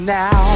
now